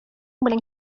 белән